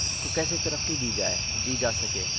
اس کو کیسے ترقی دی جائے دی جا سکے